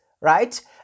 right